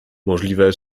możliwe